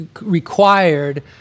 required